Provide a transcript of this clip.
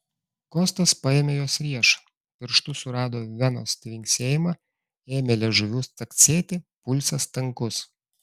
kostas paėmė jos riešą pirštu surado venos tvinksėjimą ėmė liežuviu caksėti pulsas tankus